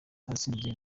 turatsinze